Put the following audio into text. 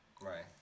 Right